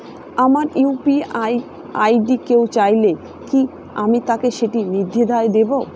আমার UPI ID কেউ চাইলে কি আমি তাকে সেটি নির্দ্বিধায় দেব?